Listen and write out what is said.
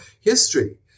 history